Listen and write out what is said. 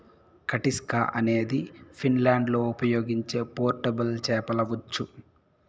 కటిస్కా అనేది ఫిన్లాండ్లో ఉపయోగించే పోర్టబుల్ చేపల ఉచ్చు